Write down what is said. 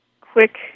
quick